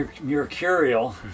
mercurial